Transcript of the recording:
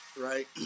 Right